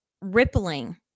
rippling